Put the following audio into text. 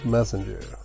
Messenger